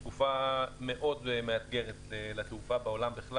זאת תקופה מאוד מאתגרת לתעופה בעולם.